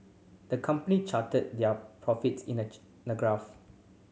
the company charted their profits in a a graph